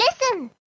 listen